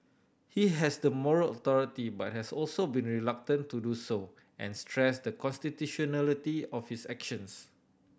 he has the moral authority but has also been reluctant to do so and stressed the constitutionality of his actions